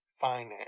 finance